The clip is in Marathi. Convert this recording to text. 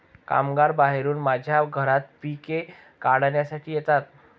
कामगार बाहेरून माझ्या घरात पिके काढण्यासाठी येतात